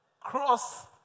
cross